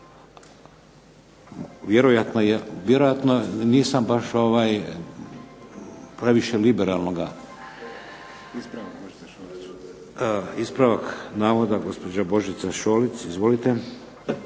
Vjerojatno nisam baš ovaj previše liberalnoga. Ispravak navoda gospođa Božica Šolić, izvolite.